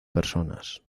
personas